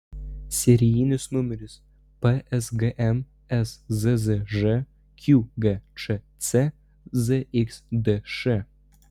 serijinis numeris psgm szzž qgčc zxdš